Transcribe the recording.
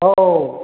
औ